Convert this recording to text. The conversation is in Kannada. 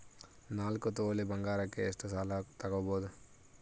ನಾಲ್ಕು ತೊಲಿ ಬಂಗಾರಕ್ಕೆ ಎಷ್ಟು ಸಾಲ ತಗಬೋದು?